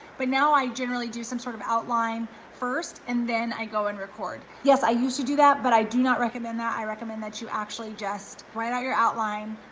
but now i generally do some sort of outline first and then i go and record. yes, i used to do that, but i do not recommend that, i recommend that you actually just write out your outline,